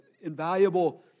invaluable